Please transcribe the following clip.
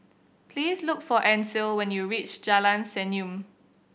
please look for Ancil when you reach Jalan Senyum